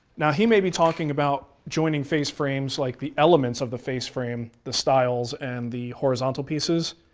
now, he may be talking about joining face frames like the elements of the face frame, the styles and the horizontal pieces,